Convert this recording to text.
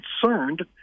concerned